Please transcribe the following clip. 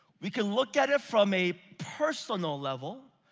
we can look at it from a personal level.